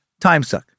timesuck